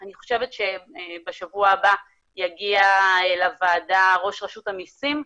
אני חושבת שבשבוע הבא יגיע לוועדה ראש רשות המיסים,